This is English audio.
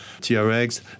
TRX